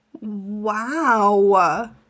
Wow